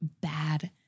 bad